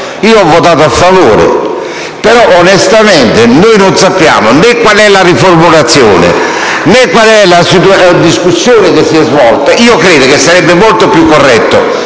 - ho votato a favore - però onestamente non ne conosciamo né la riformulazione, né la discussione che si è svolta. Credo che sarebbe molto più corretto